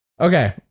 okay